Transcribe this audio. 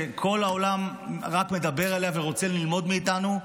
מדינה שכל העולם רק מדבר עליה ורוצה ללמוד מאיתנו,